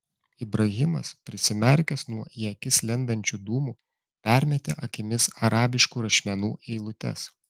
ibrahimas prisimerkęs nuo į akis lendančių dūmų permetė akimis arabiškų rašmenų eilutes